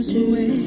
away